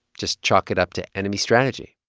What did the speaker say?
just chalk it up to enemy strategy